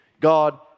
God